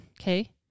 Okay